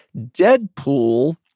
Deadpool